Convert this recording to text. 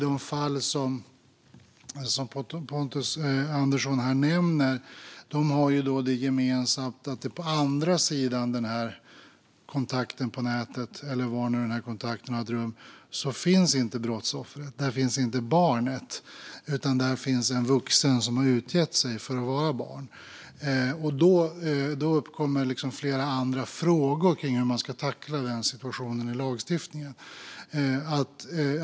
De fall som Pontus Andersson nämner har ju det gemensamt att det på andra sidan kontakten på nätet, eller var den nu har ägt rum, inte finns något brottsoffer. Där finns inte barnet, utan där finns en vuxen som har utgett sig för att vara barn. Då uppkommer flera andra frågor kring hur man ska tackla den situationen i lagstiftningen.